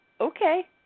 Okay